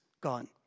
gone